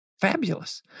Fabulous